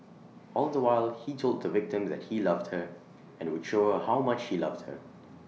all the while he told the victim that he loved her and would show her how much he loved her